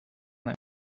that